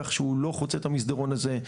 כך שהוא לא חוצה את המסדרון הזה,